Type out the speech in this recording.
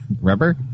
Rubber